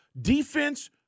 defense